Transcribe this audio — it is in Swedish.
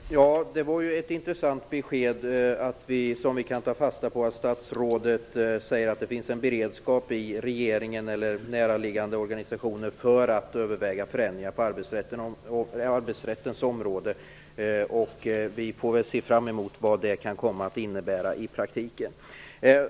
Herr talman! Det var ett intressant besked som vi kan ta fasta på: Statsrådet säger att det finns en beredskap i regeringen eller näraliggande organisationer för att överväga förändringar på arbetsrättens område. Vi får se vad det kan komma att innebära i praktiken.